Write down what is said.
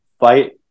fight